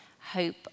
Hope